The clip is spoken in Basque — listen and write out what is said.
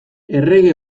errege